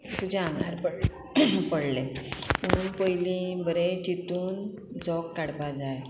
तुजे आंगार पड पडले पूण पयली बरें चितून जोक काडपाक जाय